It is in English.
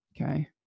Okay